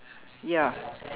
ya